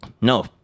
No